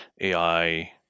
AI